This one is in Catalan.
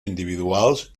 individuals